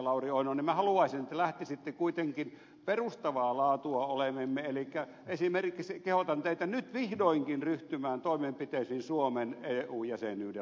lauri oinonen minä haluaisin että lähtisitte kuitenkin perustavaa laatua oleviin toimiin elikkä esimerkiksi kehotan teitä nyt vihdoinkin ryhtymään toimenpiteisiin suomen eu jäsenyyden